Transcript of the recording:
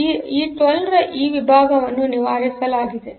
ಆದ್ದರಿಂದ 12 ರ ಈ ವಿಭಾಗವನ್ನು ನಿವಾರಿಸಲಾಗಿದೆ